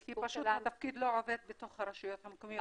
כי פשוט התפקיד לא עובד בתוך הרשויות המקומיות,